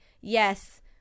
yes